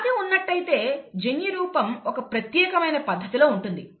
వ్యాధి ఉన్నట్టయితే జన్యురూపం ఒక ప్రత్యేకమైన పద్ధతిలో ఉంటుంది